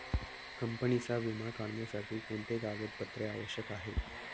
कंपनीचा विमा काढण्यासाठी कोणते कागदपत्रे आवश्यक आहे?